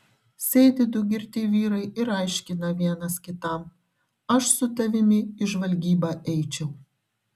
sėdi du girti vyrai ir aiškina vienas kitam aš su tavimi į žvalgybą eičiau